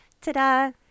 ta-da